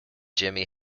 jimi